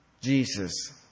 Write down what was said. Jesus